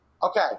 Okay